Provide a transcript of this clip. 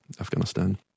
Afghanistan